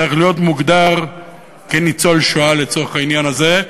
צריך להיות מוגדר כניצול שואה לצורך העניין הזה,